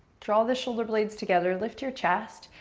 draw the shoulder blades together, lift your chest,